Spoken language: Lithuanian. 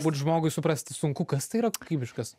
būti žmogui suprasti sunku kas tai yra kokybiškas